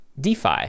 DeFi